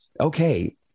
Okay